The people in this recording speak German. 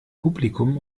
publikum